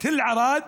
מתל ערד